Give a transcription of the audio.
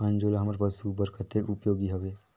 अंजोला हमर पशु बर कतेक उपयोगी हवे?